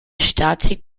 statik